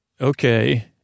Okay